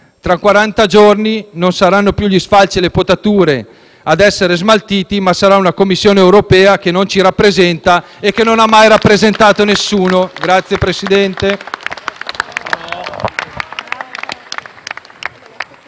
quaranta giorni non saranno più gli sfalci e le potature a essere smaltiti, ma sarà una Commissione europea che non ci rappresenta e che non ha mai rappresentato nessuno. *(Applausi